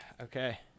Okay